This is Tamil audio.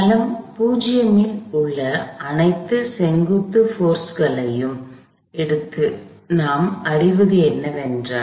தளம் 0 இல் உள்ள அனைத்து செங்குத்து போர்ஸ்களையும் எடுத்து நாம் அறிவது என்னவென்றால்